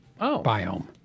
biome